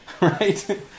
Right